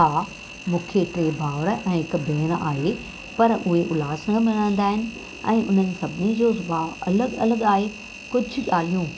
हा मूंखे टे भाउर ऐं हिक भेण आहे पर उहे उलासनगर में रहंदा आहिनि ऐं उन्हनि सभिनी जो सुभाउ अलॻि अलॻि आहे कुझु ॻाल्हियूं